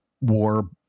war